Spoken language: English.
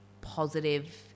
positive